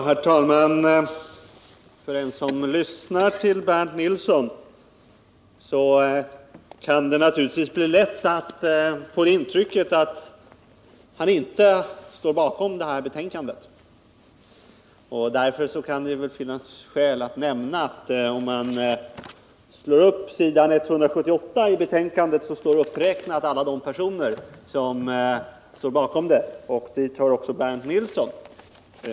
Herr talman! Den som lyssnar till Bernt Nilsson kan lätt få intrycket att han inte står bakom detta betänkande. Därför kan det väl finnas skäl att nämna att på ss. 178 finns alla de personer uppräknade som står bakom betänkandet, och dit hör också Bernt Nilsson.